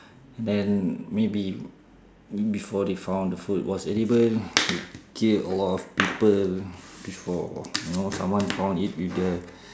then maybe before they found the fruit was edible it killed a lot of people before you know someone found it with the